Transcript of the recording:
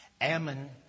Ammon